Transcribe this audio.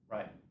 Right